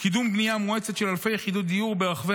קידום בנייה מואצת של אלפי יחידות דיור ברחבי